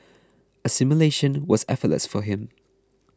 assimilation was effortless for him